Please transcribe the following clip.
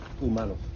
humanos